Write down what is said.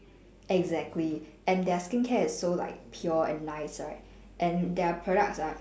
exactly and their skincare is so like pure and nice right and their products are